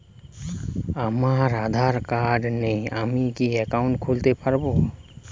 আমার আধার কার্ড নেই আমি কি একাউন্ট খুলতে পারব?